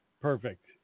Perfect